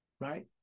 right